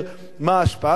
מה ההשפעה שלה,